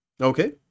Okay